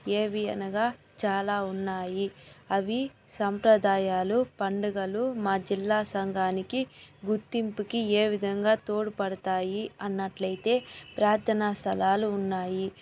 ఏవి అనగా చాలా ఉన్నాయి అవి సంప్రదాయాలు పండుగలు మా జిల్లా సంఘానికి గుర్తింపుకి ఏ విధంగా తోడ్పడుతాయి అన్నట్లయితే ప్రార్థన స్థలాలు ఉన్నాయి